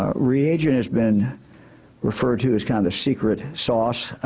ah reagent has been referred to as kind of secret sauce.